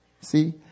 See